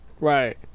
right